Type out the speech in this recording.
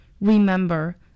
Remember